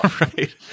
Right